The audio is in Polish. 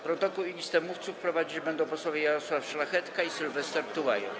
Protokół i listę mówców prowadzić będą posłowie Jarosław Szlachetka i Sylwester Tułajew.